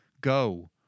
go